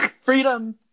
Freedom